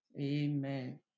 Amen